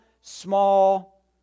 small